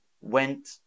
went